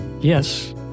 yes